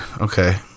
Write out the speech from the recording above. Okay